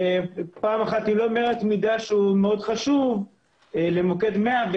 כשפעם אחת היא לא אומרת מידע שהוא מאוד חשוב למוקד 100,